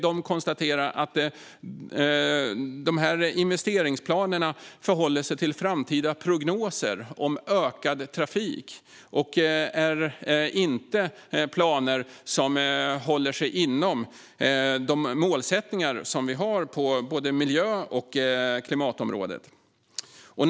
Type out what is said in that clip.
De konstaterade att investeringsplanerna förhåller sig till framtida prognoser om ökad trafik och att planerna inte håller sig inom de målsättningar vi har på både miljöområdet och klimatområdet.